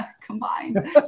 combined